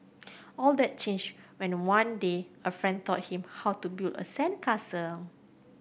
all that changed when the one day a friend taught him how to build a sandcastle